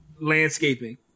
landscaping